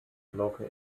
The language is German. glocke